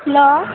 hello